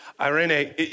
Irene